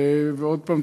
ועוד פעם,